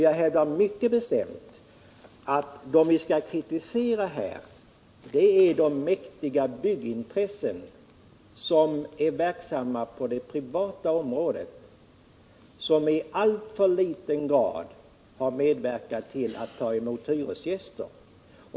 Jag hävdar mycket bestämt att de som vi här skall kritisera är de mäktiga byggintressen som är verksamma på det privata området och som i alltför liten utsträckning medverkat till att ta emot hyresgäster.